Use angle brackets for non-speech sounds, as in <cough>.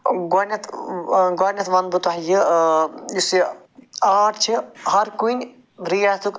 گۄڈنٮ۪تھ گۄڈنٮ۪تھ ونہٕ بہٕ تۄہہِ یُس یہِ آرٹ چھِ ہر کُنہِ <unintelligible>